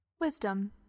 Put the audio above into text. Wisdom